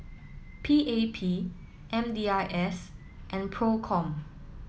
P A P M D I S and PROCOM